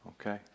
Okay